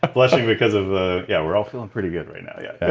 ah blushing because of the. yeah, we're all feeling pretty good right now, yeah.